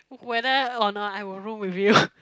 whether or not I will room with you